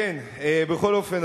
בכל אופן,